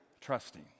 trusting